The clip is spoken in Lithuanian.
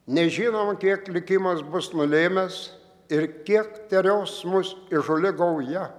nežinoma kiek likimas bus nulėmęs ir kiek terios mus įžūli gauja